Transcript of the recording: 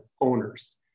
owners